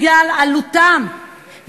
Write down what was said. בגלל עלותם,